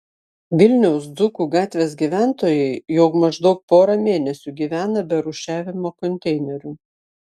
vilniaus dzūkų gatvės gyventojai jau maždaug porą mėnesių gyvena be rūšiavimo konteinerių